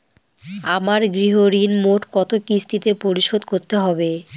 আমার গৃহঋণ মোট কত কিস্তিতে পরিশোধ করতে হবে?